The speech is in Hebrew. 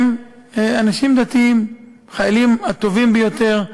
הם אנשים דתיים, החיילים הטובים ביותר.